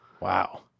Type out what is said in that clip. Wow